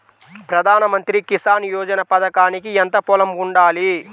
ప్రధాన మంత్రి కిసాన్ యోజన పథకానికి ఎంత పొలం ఉండాలి?